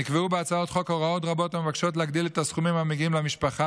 נקבעו בהצעת החוק הוראות רבות המבקשות להגדיל את הסכומים המגיעים למשפחה